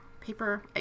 paper